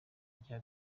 rya